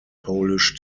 polish